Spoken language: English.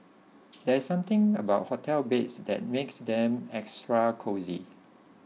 there's something about hotel beds that makes them extra cosy